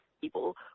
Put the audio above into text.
people